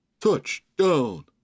Touchdown